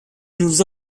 nous